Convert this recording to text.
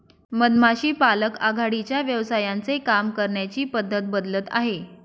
मधमाशी पालक आघाडीच्या व्यवसायांचे काम करण्याची पद्धत बदलत आहे